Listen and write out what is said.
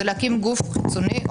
היא להקים גוף חיצוני,